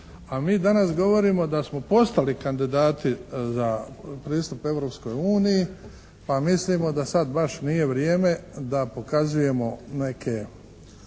a mi danas govorimo da smo postali kandidati za pristup Europskoj uniji pa mislimo da sad baš nije vrijeme da pokazujemo neke